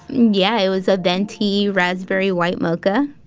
yeah, it was a venti raspberry, white mocha,